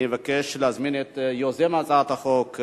אני אבקש להזמין את יוזם הצעת החוק,